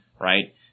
Right